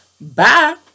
bye